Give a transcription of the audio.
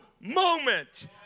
moment